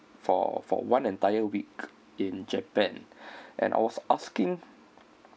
for for one entire week in japan and I was asking